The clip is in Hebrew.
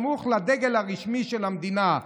סמוך לדגל הרשמי של המדינה,